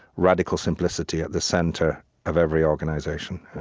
radical simplicity at the center of every organization